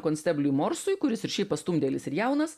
konstebliui morsui kuris ir šiaip pastumdėlis ir jaunas